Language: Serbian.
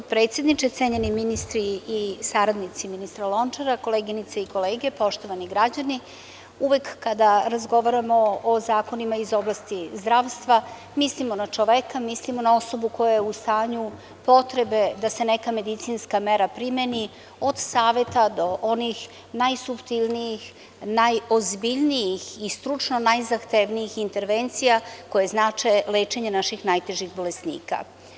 Predsedniče, cenjeni ministre i saradnici ministra Lončara, koleginice i kolege, poštovani građani, uvek kada razgovaramo o zakonima iz oblasti zdravstva mislimo na čoveka, mislimo na osobu koja je u stanju potrebe da se neka medicinska mera primeni od saveta do onih najsuptilnijih, najozbiljnijih i stručno najzahtevnijih intervencija koje znače lečenje naših najtežih bolesnika.